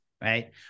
right